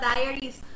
Diaries